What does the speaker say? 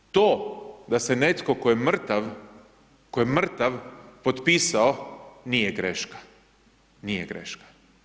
To da se netko tko je mrtav, tko je mrtav, potpisao, nije greška, nije greška.